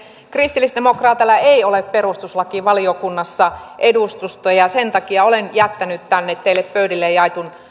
kristillisdemokraateilla ei ole perustuslakivaliokunnassa edustusta ja sen takia olen jättänyt tänne teille pöydille jaetun